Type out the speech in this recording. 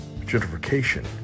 gentrification